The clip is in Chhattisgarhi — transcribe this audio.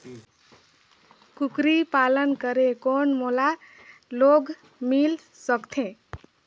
कूकरी पालन करे कौन मोला लोन मिल सकथे?